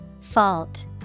Fault